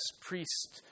priests